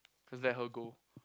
just let her go